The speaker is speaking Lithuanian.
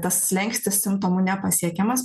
tas slenkstis simptomų nepasiekiamas